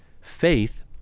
faith